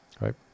Right